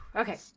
Okay